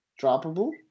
Droppable